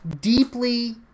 deeply